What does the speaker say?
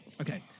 Okay